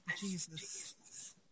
Jesus